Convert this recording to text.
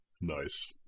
Nice